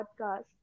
podcast